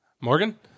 Morgan